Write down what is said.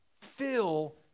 fill